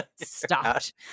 stopped